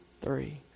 three